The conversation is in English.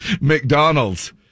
McDonald's